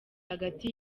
hagati